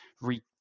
re